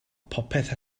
popeth